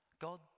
God